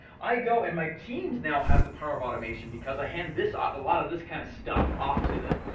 i go and my teams now have the power of automation because i hand a ah lot of this kind of stuff off to them,